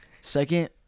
Second